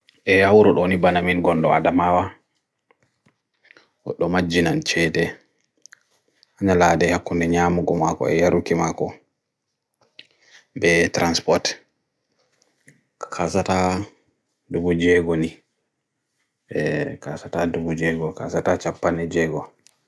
e awrul onibana min gondw adamawa utloma jinan chede analada e akunde nyamugumako e yarukimako be transport kakasata dubu jego ni e kasata dubu jego kasata chapane jego